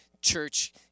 church